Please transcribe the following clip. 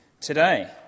today